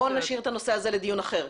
אז בואו נשאיר את הנושא הזה לדיון אחר.